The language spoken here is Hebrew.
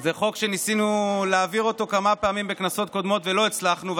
וזה חוק שניסינו להעביר כמה פעמים בכנסות קודמות ולא הצלחנו,